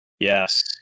yes